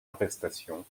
arrestation